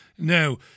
Now